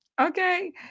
Okay